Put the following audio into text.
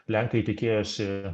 lenkai tikėjosi